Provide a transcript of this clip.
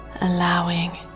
Allowing